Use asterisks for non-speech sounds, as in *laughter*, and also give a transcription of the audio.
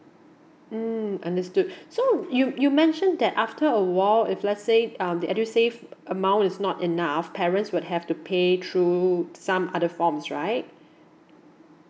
mm understood *breath* so you you mentioned that after a while if let's say um the edusave amount is not enough parents would have to pay through some other forms right *breath*